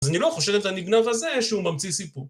אז אני לא חושב את הנגנב הזה שהוא ממציא סיפור.